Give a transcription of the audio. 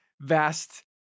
vast